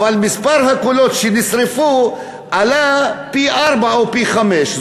אבל מספר הקולות שנשרפו עלה פי-ארבעה או פי-חמישה.